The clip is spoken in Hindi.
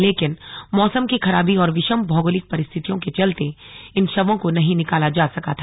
लेकिन मौसम की खराबी और विषम भौगोलिक परिस्थितियों के चलते इन शवों को नहीं निकाला जा सका था